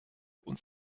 und